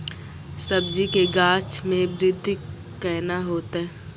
सब्जी के गाछ मे बृद्धि कैना होतै?